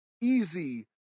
easy